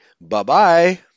Bye-bye